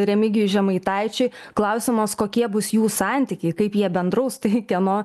remigijui žemaitaičiui klausimas kokie bus jų santykiai kaip jie bendraus tai kieno